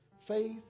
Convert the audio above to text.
Faith